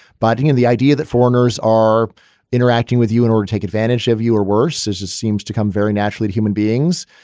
biting in the idea that foreigners are interacting with you in order to take advantage of you or worse as it seems to come very naturally to human beings.